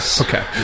Okay